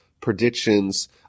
predictions